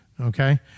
okay